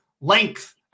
Length